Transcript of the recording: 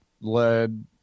led